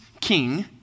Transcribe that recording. king